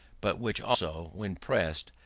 but which also, when pressed,